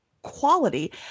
quality